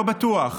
לא בטוח.